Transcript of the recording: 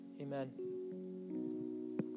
Amen